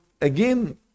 again